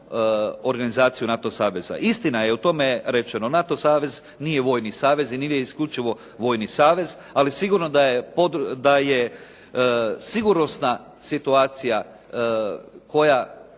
organizaciju NATO saveza. Istina je u tome rečeno, NATO savez nije vojni savez i nije isključivo vojni savez, ali sigurno da je sigurnosna situacija koja